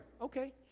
Okay